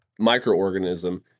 microorganism